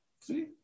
See